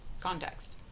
context